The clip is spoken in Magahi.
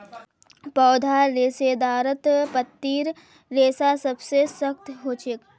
पौधार रेशेदारत पत्तीर रेशा सबसे सख्त ह छेक